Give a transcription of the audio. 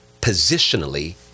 positionally